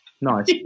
Nice